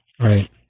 Right